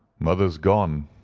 mother's gone.